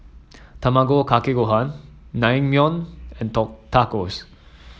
Tamago Kake Gohan Naengmyeon and Tacos